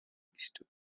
n’existe